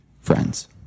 friends